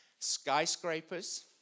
Skyscrapers